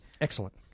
Excellent